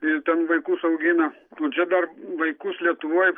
ir ten vaikus augina o čia dar vaikus lietuvoj